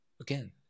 again